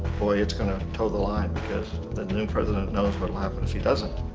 boy it's gonna toe the line because that new president knows what will happen if he doesn't.